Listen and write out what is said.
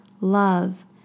love